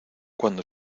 cuando